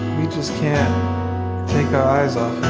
we just can't take guys on